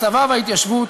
הצבא וההתיישבות,